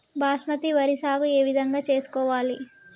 బాస్మతి వరి సాగు ఏ విధంగా చేసుకోవాలి?